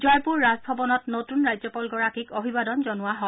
জয়পুৰ ৰাজভৱনত নতুন ৰাজ্যপালগৰাকীক অভিৱাদন জনায়